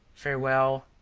farewell!